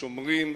שומרים,